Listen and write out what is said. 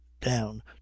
down